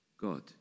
God